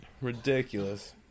Ridiculous